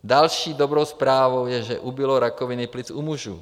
Další dobrou zprávou je, že ubylo rakoviny plic u mužů.